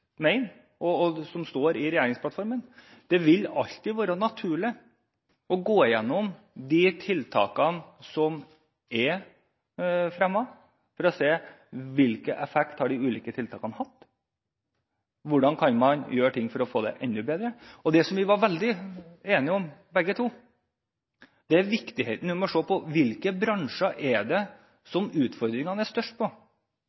som står i regjeringsplattformen: Det vil alltid være naturlig å gå igjennom de tiltakene som er fremmet, for å se på hvilken effekt de ulike tiltakene har hatt, og hvordan man kan gjøre ting enda bedre. Det vi var veldig enige om begge to, var viktigheten av å se på i hvilke bransjer utfordringene er